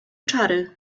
czary